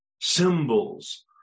symbols